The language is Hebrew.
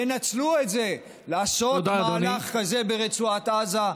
תנצלו את זה לעשות מהלך כזה ברצועת עזה,